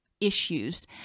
issues